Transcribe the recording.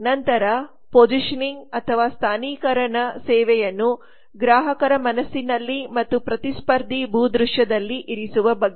ನಂತರ ಸ್ಥಾನೀಕರಣವು ಸೇವೆಯನ್ನು ಗ್ರಾಹಕರ ಮನಸ್ಸಿನಲ್ಲಿ ಮತ್ತು ಪ್ರತಿಸ್ಪರ್ಧಿ ಭೂದೃಶ್ಯದಲ್ಲಿ ಇರಿಸುವ ಬಗ್ಗೆ